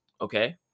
okay